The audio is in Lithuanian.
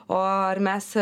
o ar mes